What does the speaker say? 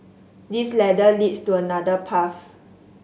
this ladder leads to another path